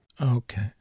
Okay